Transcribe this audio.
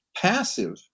passive